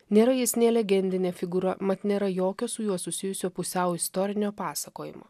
nėra jis nelegendinė figūra mat nėra jokio su juo susijusio pusiau istorinio pasakojimo